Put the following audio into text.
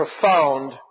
profound